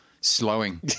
slowing